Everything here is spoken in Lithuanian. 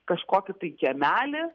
kažkokį tai kiemelį